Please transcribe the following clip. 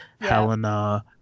Helena